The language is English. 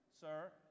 sir